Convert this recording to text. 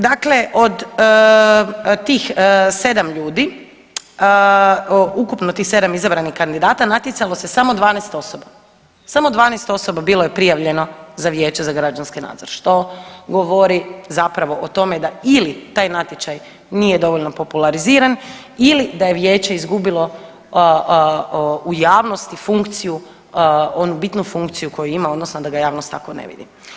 Dakle od tih 7 ljudi, ukupno tih 7 izabranih kandidata natjecalo se samo 12 osoba, samo 12 osoba bilo je prijavljeno za Vijeće za građanski nadzor što govori zapravo o tome da ili taj natječaj nije dovoljno populariziran ili da je vijeće izgubilo u javnosti funkciju, onu bitnu funkciju koju ima odnosno da ga javnost tako ne vidi.